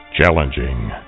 Challenging